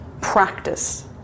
practice